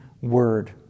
word